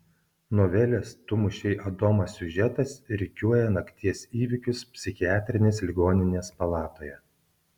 novelės tu mušei adomą siužetas rikiuoja nakties įvykius psichiatrinės ligoninės palatoje